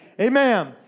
Amen